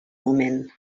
moment